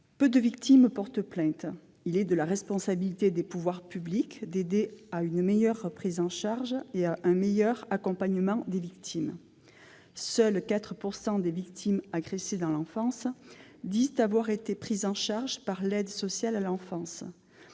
peu de victimes portent plainte. Il est de la responsabilité des pouvoirs publics d'aider à améliorer la prise en charge et l'accompagnement des victimes. Seules 4 % des victimes agressées dans l'enfance disent avoir été prises en charge par l'aide sociale à l'enfance,